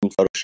Photoshop